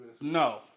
No